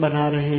बना रहे हैं